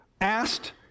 asked